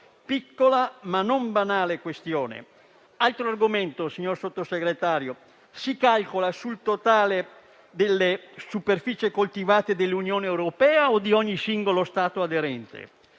Piccola, ma non banale questione. Altro argomento, signor Sottosegretario: si calcola sul totale delle superfici coltivate dell'Unione europea o di ogni singolo Stato aderente?